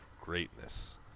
greatness